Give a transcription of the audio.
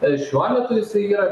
tai šiuo metu jis yra